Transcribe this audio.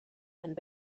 and